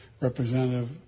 Representative